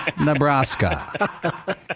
Nebraska